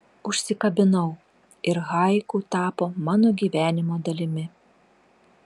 užsikabinau ir haiku tapo mano gyvenimo dalimi